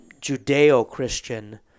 Judeo-Christian